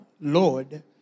Lord